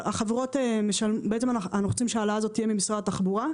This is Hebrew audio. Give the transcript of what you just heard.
אבל אנחנו רוצים שההעלאה הזאת תהיה ממשרד התחבורה,